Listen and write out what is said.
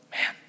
Man